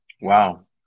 Wow